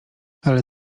ale